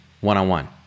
one-on-one